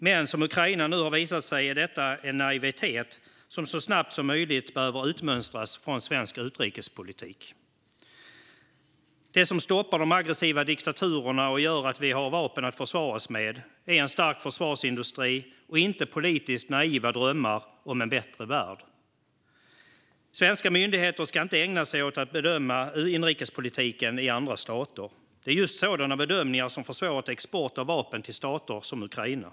Men som Ukraina nu har visat är detta en naivitet som så snabbt som möjligt behöver utmönstras från svensk utrikespolitik. Det som stoppar de aggressiva diktaturerna och gör att vi har vapen att försvara oss med är en stark försvarsindustri - inte politiskt naiva drömmar om en bättre värld. Svenska myndigheter ska inte ägna sig åt att bedöma inrikespolitiken i andra stater. Det är just sådana bedömningar som har försvårat export av vapen till stater som Ukraina.